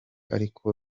ariko